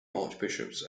archbishops